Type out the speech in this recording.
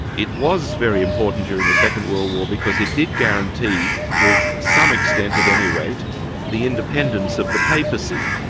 it was very important during the second world war, because it did guarantee to some extent at any rate the independence of the papacy.